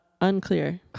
Unclear